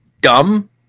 dumb